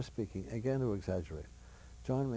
of speaking again to exaggerate john